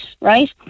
right